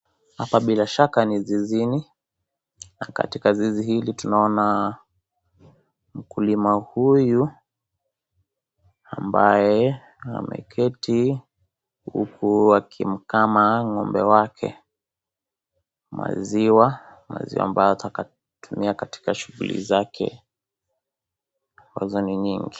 Hapa bila shika ni zizini na katika zizi hili tunaona mkulima huyu ambaye ameketi huku akimkama ng'ombe wake maziwa, maziwa ambayo atatumia katika shughuli zake ambazo ni nyingi.